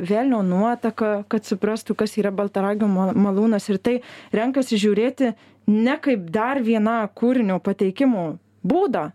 velnio nuotaką kad suprastų kas yra baltaragio malūnas ir tai renkasi žiūrėti ne kaip dar vieną kūrinio pateikimo būdą